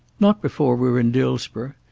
not before we're in dillsborough.